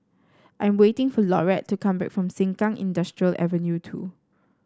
I'm waiting for Laurette to come back from Sengkang Industrial Avenue two